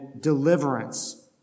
deliverance